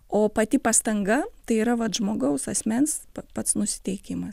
o pati pastanga tai yra vat žmogaus asmens pats nusiteikimas